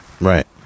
Right